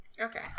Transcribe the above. Okay